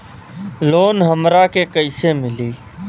Loan हमरा के कईसे मिली?